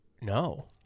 No